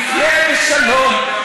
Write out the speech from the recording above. נחיה בשלום,